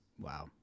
Wow